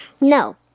No